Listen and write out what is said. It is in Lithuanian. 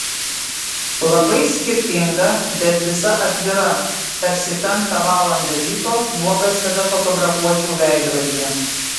labai skirtinga bet visa atvira tarsi penktą valandą ryto nuogas save fotografuočiau veidrodyje